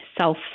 self